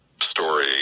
story